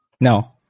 no